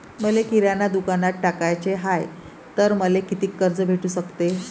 मले किराणा दुकानात टाकाचे हाय तर मले कितीक कर्ज भेटू सकते?